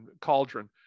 cauldron